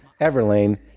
Everlane